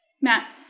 Matt